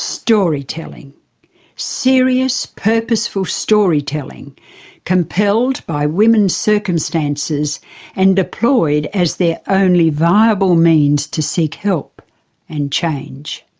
storytelling serious, purposeful storytelling compelled by women's circumstances and deployed as their only viable means to seek help and change.